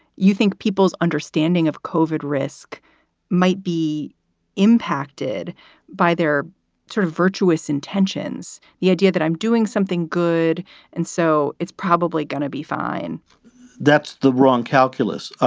you think people's understanding of kofod risk might be impacted by their sort of virtuous intentions? the idea that i'm doing something good and so it's probably going to be fine that's the wrong calculus.